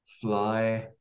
Fly